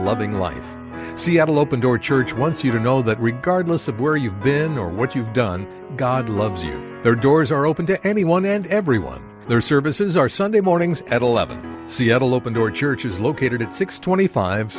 loving one seattle open door church once you don't know that regardless of where you've been or what you've done god loves you there doors are open to anyone and everyone their services are sunday mornings at eleven seattle open door church is located at six twenty five